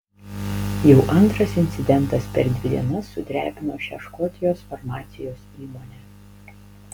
jau antras incidentas per dvi dienas sudrebino šią škotijos farmacijos įmonę